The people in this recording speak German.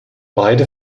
beide